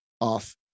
off